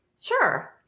sure